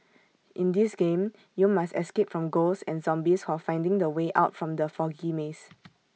in this game you must escape from ghosts and zombies while finding the way out from the foggy maze